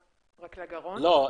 לא,